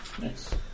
Nice